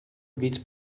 bit